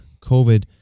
COVID